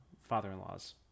father-in-law's